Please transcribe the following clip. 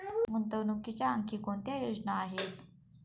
गुंतवणुकीच्या आणखी कोणत्या योजना आहेत?